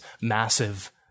massive